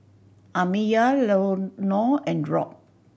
Amiyah Leonor and Rob